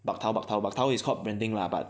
but tow~ but tow~ but tow is called branding lah but